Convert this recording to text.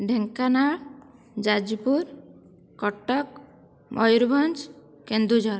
Dhenkanal Jajpur Cuttack Mayurbhanj Keonjhar